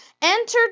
entered